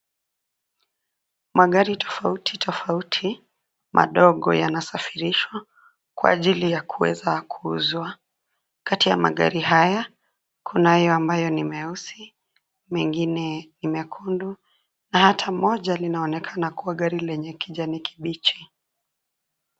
Magari tofauti tofauti, madogo, yanasafirishwa, kwa ajili ya kuweza kuuzwa. Kati ya magari haya, kunayo ambayo ni meusi, mengine ni mekundu, na hata moja linaonekana kuwa gari lenye kijani kibichi.